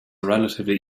relatively